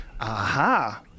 Aha